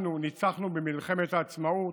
אנחנו ניצחנו במלחמת העצמאות,